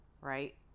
right